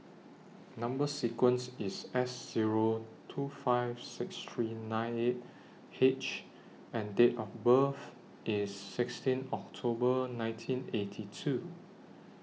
Number sequence IS S Zero two five six three nine eight H and Date of birth IS sixteen October nineteen eighty two